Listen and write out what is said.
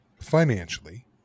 financially